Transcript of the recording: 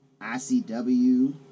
ICW